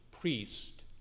priest